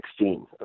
2016